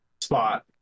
spot